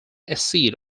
acid